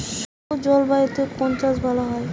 শুষ্ক জলবায়ুতে কোন চাষ ভালো হয়?